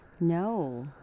no